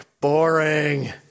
Boring